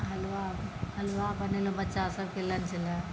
hello halwa बनेलहुँ बच्चा सभकेँ लन्च लए